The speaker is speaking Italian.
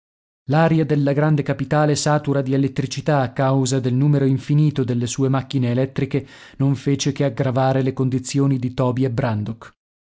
l'aria della grande capitale satura di elettricità a causa del numero infinito delle sue macchine elettriche non fece che aggravare le condizioni di toby e brandok